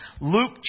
Luke